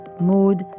mood